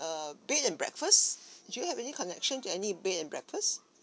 err bed and breakfast do you have any connection to any bed and breakfast